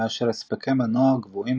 מאשר הספקי מנוע גבוהים,